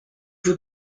vous